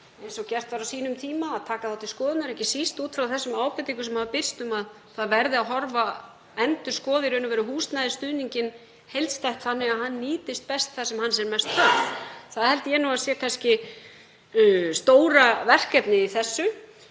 eins og gert var á sínum tíma, og taka þá til skoðunar, ekki síst út frá þeim ábendingum sem hafa birst um að það verði að endurskoða húsnæðisstuðninginn heildstætt þannig að hann nýtist best þar sem hans er mest þörf. Það held ég að sé kannski stóra verkefnið í þessu.